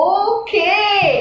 okay